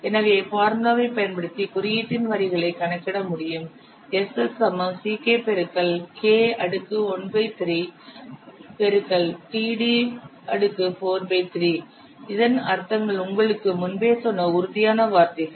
எனவே ஃபார்முலாவைப் பயன்படுத்தி குறியீட்டின் வரிகளை கணக்கிட முடியும் இதன் அர்த்தங்கள் உங்களுக்குச் முன்பே சொன்ன உறுதியாக வார்த்தைகள்